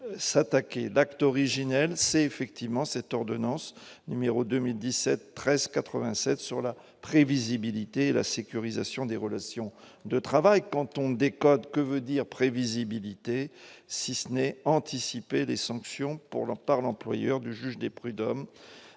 d'acte originel, c'est effectivement cette ordonnance numéro 2017 13 87 sur la prévisibilité et la sécurisation des relations de travail quand on décode : que veut dire prévisibilité 6 n'est anticipée des sanctions, pour leur part l'employeur du juge des prud'hommes